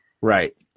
Right